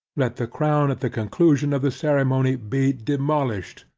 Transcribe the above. let the crown at the conclusion of the ceremony be demolished,